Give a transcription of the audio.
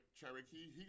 Cherokee